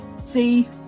See